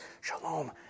Shalom